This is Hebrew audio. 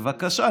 בבקשה.